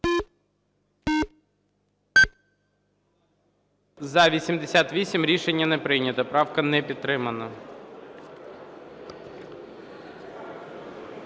За-82 Рішення не прийнято. Правка не підтримана.